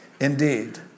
Indeed